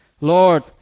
Lord